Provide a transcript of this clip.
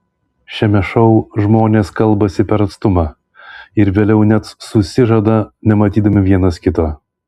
šiame šou žmonės kalbasi per atstumą ir vėliau net susižada nematydami vienas kito